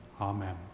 Amen